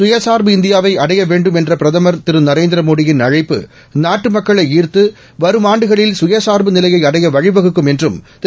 சுயசார்பு இந்தியாவை அடைய வேண்டும் என்ற பிரதமர் நரேந்திரமோடியின் அழைப்பு நாட்டு மக்களை ஈர்த்து வரும் ஆண்டுகளில் சுயசார்பு நிலையை அடைய வழிவகுக்கும் என்றும் திரு